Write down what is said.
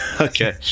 okay